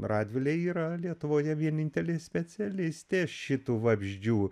radvilė yra lietuvoje vienintelė specialistė šitų vabzdžių